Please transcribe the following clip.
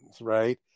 right